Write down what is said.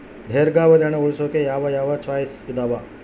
ದೇರ್ಘಾವಧಿ ಹಣ ಉಳಿಸೋಕೆ ಯಾವ ಯಾವ ಚಾಯ್ಸ್ ಇದಾವ?